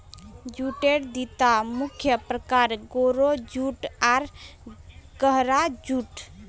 जूटेर दिता मुख्य प्रकार, गोरो जूट आर गहरा जूट